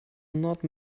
not